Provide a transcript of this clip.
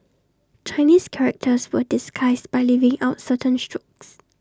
Chinese characters were disguised by leaving out certain strokes